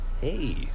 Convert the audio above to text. Hey